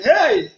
Hey